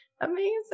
amazing